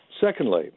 Secondly